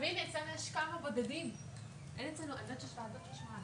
ולוועדה הזו יש את השיניים של צו הבאה,